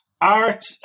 art